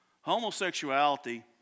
homosexuality